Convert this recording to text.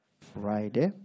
Friday